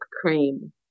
cream